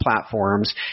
platforms